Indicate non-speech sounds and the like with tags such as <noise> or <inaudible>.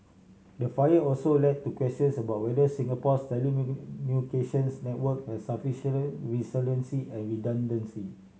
the fire also led to questions about whether Singapore's <unintelligible> network had <unintelligible> resiliency and redundancy